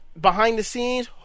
behind-the-scenes